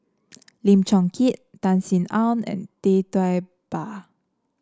Lim Chong Keat Tan Sin Aun and Tee Tua Ba